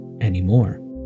anymore